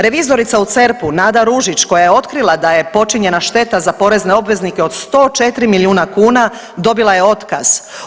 Revizorica u CERP-u Nada Ružić koja je otkrila da je počinjena šteta za porezne obveznike od 104 milijuna kuna dobila je otkaz.